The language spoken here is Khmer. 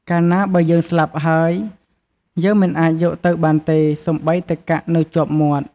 កាលណាបើយើងស្លាប់ហើយ យើងមិនអាចយកទៅបានទេសូម្បីតែកាក់នៅជាប់មាត់។